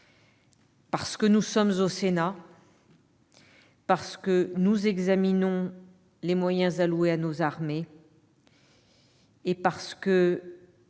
parce que nous sommes au Sénat, parce que nous examinons les moyens alloués à nos armées, et parce que